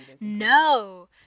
No